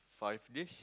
five days